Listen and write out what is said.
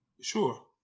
Sure